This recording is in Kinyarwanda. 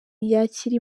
yakira